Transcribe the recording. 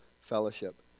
fellowship